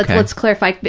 like let's clarify, but